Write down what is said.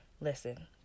Listen